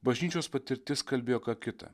bažnyčios patirtis kalbėjo ką kitą